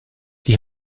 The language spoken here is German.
die